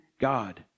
God